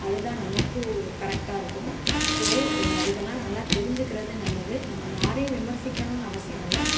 அதுதான் நமக்கும் கரெக்டாக இருக்கும் ஸோ எ இதெலாம் நல்லா தெரிஞ்சிக்கிறது நல்லது நம்ம யாரையும் விமர்சிக்கணும்னு அவசியம் இல்லை